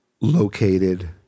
located